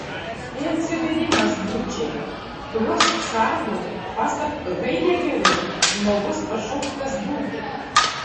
tai atsivėrimas būčiai kurios sargu pasak haidegerio žmogus pašauktas būti